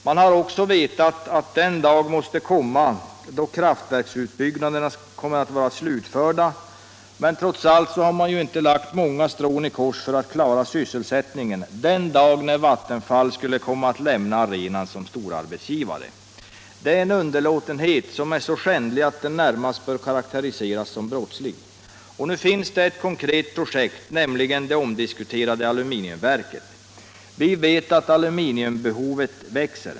Man har också vetat att den dag måste komma då kraftverksutbyggnaderna kommer att vara slutförda, men trots detta har man inte lagt många strån i kors för att klara sysselsättningen den dag Vattenfall skulle komma att lämna arenan som stor arbetsgivare. Det är en underlåtenhet som är så skändlig, att den närmast bör karakteriseras som brottslig. Nu finns det ett konkret projekt, nämligen det omdiskuterade aluminiumverket. Vi vet att aluminiumbehovet växer.